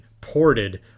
ported